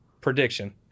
prediction